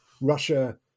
Russia